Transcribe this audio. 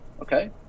okay